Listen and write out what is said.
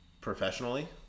professionally